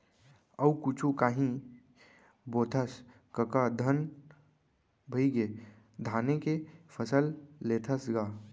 अउ कुछु कांही बोथस कका धन भइगे धाने के फसल लेथस गा?